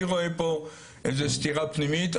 אני רואה פה סתירה פנימית.